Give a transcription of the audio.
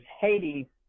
Haiti